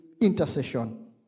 intercession